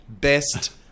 best